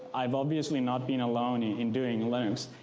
i'm obviously not been alone in doing linux.